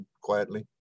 quietly